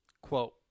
Quote